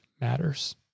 matters